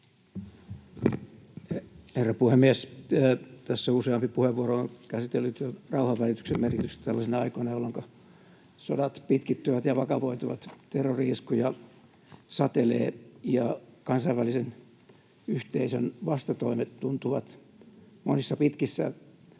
Herra puhemies! Tässä useampi puheenvuoro on käsitellyt rauhanvälityksen merkitystä tällaisina aikoina, jolloinka sodat pitkittyvät ja vakavoituvat, terrori-iskuja satelee ja kansainvälisen yhteisön vastatoimet tuntuvat monissa pitkissä,